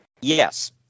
Yes